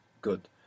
Good